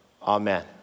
Amen